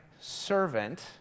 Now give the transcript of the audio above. servant